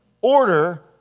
order